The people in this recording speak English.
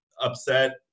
upset